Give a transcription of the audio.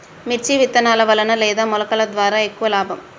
మిర్చి విత్తనాల వలన లేదా మొలకల ద్వారా ఎక్కువ లాభం?